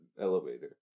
Elevator